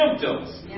symptoms